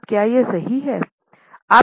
अब क्या यह सही है